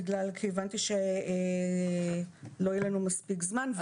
כיוון שהבנתי שלא יהיה לנו מספיק זמן.